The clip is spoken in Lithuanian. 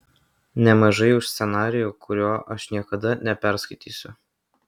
nemažai už scenarijų kurio aš niekada neperskaitysiu